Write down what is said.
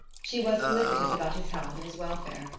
she was solicitous about his health and his welfare.